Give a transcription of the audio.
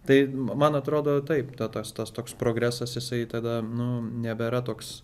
tai man atrodo taip ta tas tas toks progresas jisai tada nu nebėra toks